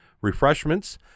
refreshments